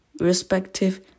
respective